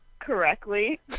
correctly